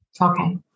Okay